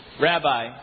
Rabbi